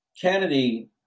kennedy